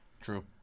True